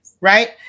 Right